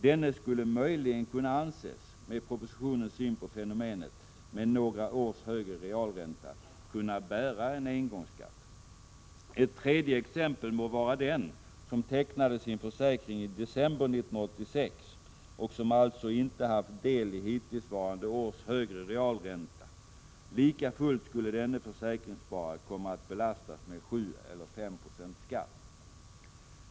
Denne skulle möjligen kunna anses — med propositionens syn på fenomenet med några års högre realränta — kunna bära en engångsskatt. Ett tredje exempel må vara den som tecknade sin försäkring i december 1986 och som alltså inte haft deli hittillsvarande års högre realränta. Likafullt skulle denna försäkringstagare komma att belastas med 7 eller 5 96 skatt.